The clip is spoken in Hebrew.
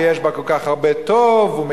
ויש בה כל כך הרבה טוב ומיטיב.